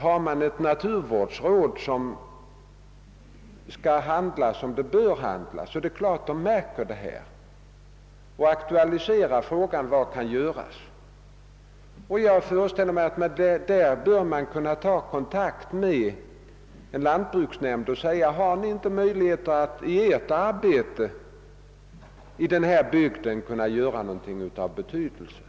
Har man då ett naturvårdsråd som handlar som det bör handla, märker detta råd självfallet denna förändring och aktualiserar frågan om vad som kan göras. Jag föreställer mig att man där bör kunna ta kontakt med lantbruksnämnden och säga: Har ni inte möjlighet att i ert arbete i denna bygd göra något av betydelse?